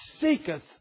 seeketh